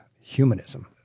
humanism